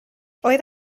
oedd